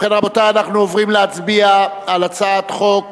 אנחנו עוברים להצביע על הצעת חוק